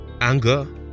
anger